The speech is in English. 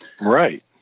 Right